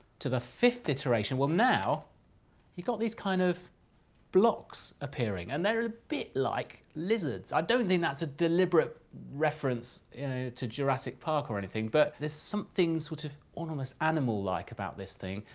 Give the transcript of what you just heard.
to the fifth iteration. well, now you've got these kind of blocks appearing, and they're a bit like lizards. i don't think that's a deliberate reference to jurassic park or anything, but there's some things which are almost animal-like about this thing.